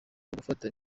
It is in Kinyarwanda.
gufata